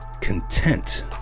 content